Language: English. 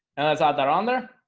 and that's out there on their